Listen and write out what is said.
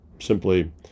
Simply